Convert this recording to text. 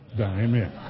Amen